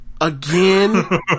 again